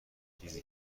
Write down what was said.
چیزی